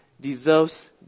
deserves